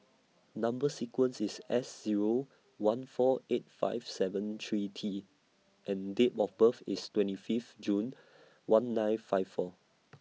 Number sequence IS S Zero one four eight five seven three T and Date of birth IS twenty Fifth June one nine five four